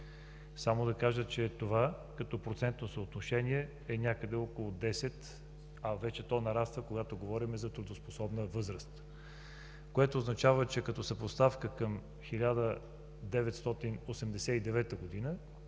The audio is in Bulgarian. Само да кажа, че това като процентно съотношение е някъде около 10, а вече то нараства, когато говорим за трудоспособна възраст, което означава, че като съпоставка към 1989 г.,